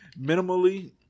minimally